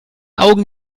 augen